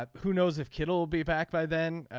but who knows if kittel will be back by then.